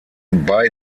bei